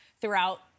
throughout